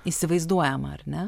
įsivaizduojama ar ne